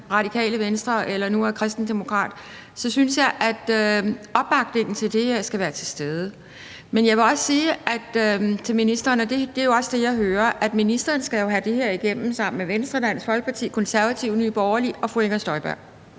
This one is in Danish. Radikale Venstre eller nu er kristendemokrat, så synes jeg, at opbakningen til det her skal være til stede. Men jeg vil også sige til ministeren, og det er også det, jeg hører, at ministeren jo skal have det her igennem sammen med Venstre, Dansk Folkeparti, Konservative, Nye Borgerlige og fru Inger Støjberg.